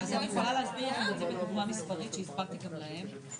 אמרנו שנתקן גם את הסעיפים שהם סעיפים שמדברים על פיטורים,